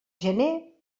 gener